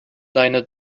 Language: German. deine